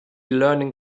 learning